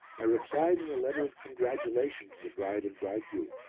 i replied in a letter of congratulation to the bride and bridegroom,